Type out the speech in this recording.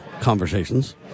Conversations